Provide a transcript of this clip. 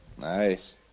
Nice